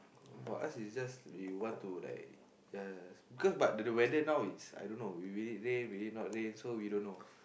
for us is just we want to like just because but the weather now is I don't know do it rain do it not rain we don't know